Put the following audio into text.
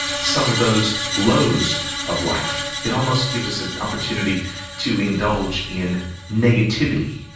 some of those lows of life. it almost gives us an opportunity to indulge in negativity,